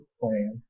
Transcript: plan